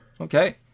okay